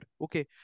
Okay